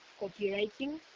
copywriting